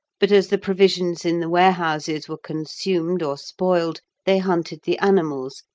but as the provisions in the warehouses were consumed or spoiled, they hunted the animals,